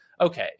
okay